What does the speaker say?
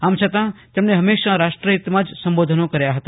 આમ છતાં તેમણે હંમેશા રાષ્ટ્રહિતમાં જ સંબોધનો કર્યા હતા